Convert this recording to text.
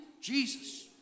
Jesus